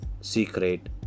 secret